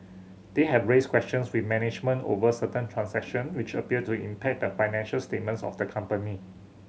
they have raised questions with management over certain transaction which appear to impact the financial statements of the company